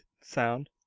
sound